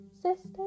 sister